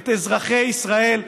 את אזרחי ישראל,